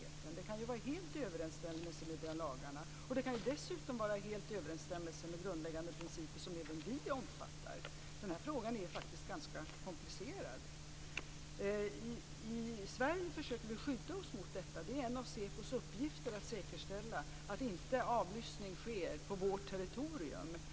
Det kan ju vara helt i överensstämmelse med lagarna och det kan dessutom vara helt i överensstämmelse med grundläggande principer som även vi omfattar. Den här frågan är faktiskt ganska komplicerad. I Sverige försöker vi skydda oss mot detta. Det är en av säpos uppgifter att säkerställa att avlyssning inte sker på vårt territorium.